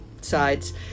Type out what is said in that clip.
sides